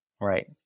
Right